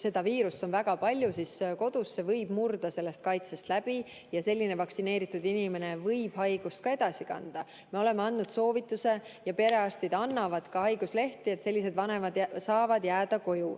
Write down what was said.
seda viirust on väga palju kodus, siis see võib murda kaitsest läbi ja selline vaktsineeritud inimene võib haigust ka edasi kanda. Me oleme andnud soovituse ja perearstid annavad ka haiguslehti ning sellised vanemad saavad jääda koju.